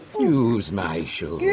use my shoulder.